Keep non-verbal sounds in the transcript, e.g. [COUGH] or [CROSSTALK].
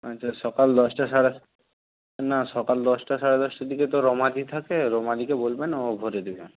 আচ্ছা সকাল দশটা সাড়ে [UNINTELLIGIBLE] না সকাল দশটা সাড়ে দশটার দিকে তো রমাদি থাকে রমাদিকে বলবেন ও ভরে দেবে